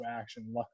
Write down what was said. action